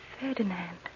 Ferdinand